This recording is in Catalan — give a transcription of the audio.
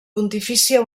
pontifícia